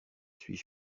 suis